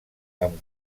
amb